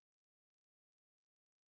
what do you mean character